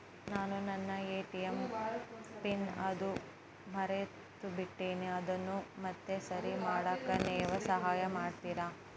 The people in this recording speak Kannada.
ನಾನು ನನ್ನ ಎ.ಟಿ.ಎಂ ಪಿನ್ ಅನ್ನು ಮರೆತುಬಿಟ್ಟೇನಿ ಅದನ್ನು ಮತ್ತೆ ಸರಿ ಮಾಡಾಕ ನೇವು ಸಹಾಯ ಮಾಡ್ತಿರಾ?